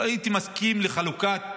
לא הייתי מסכים לחלוקת